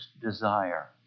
desire